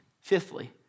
fifthly